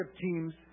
teams